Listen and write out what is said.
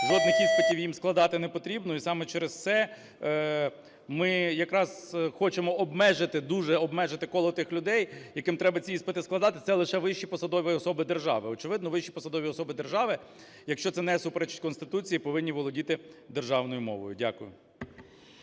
жодних іспитів їм складати непотрібно. І саме через це ми якраз хочемо обмежити, дуже обмежити коло тих людей, яким треба ці іспити складати, це лише вищі посадові особи держави. Очевидно, вищі посадові особи держави, якщо це не суперечить Конституції, повинні володіти державною мовою. Дякую.